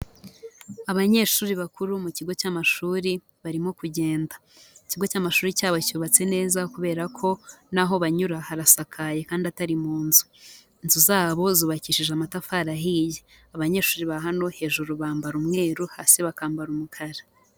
Abanyeshuri bakuru mu kigo cy'amashuri barimo kugenda. Ikigo cy'amashuri cyabo cyubatse neza kubera ko n'aho banyura harasakaye kandi atari mu nzu. Inzu zabo zubakishije amatafari ahiye. Abanyeshuri ba hano hejuru bambara umweru hasi bakambara umukara.